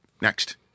next